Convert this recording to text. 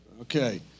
Okay